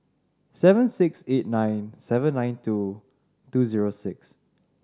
seven six eight nine seven nine two two zero six